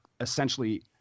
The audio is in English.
essentially